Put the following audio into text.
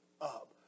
up